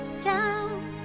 down